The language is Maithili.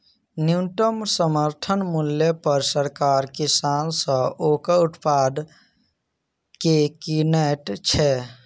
न्यूनतम समर्थन मूल्य पर सरकार किसान सॅ ओकर उत्पाद के किनैत छै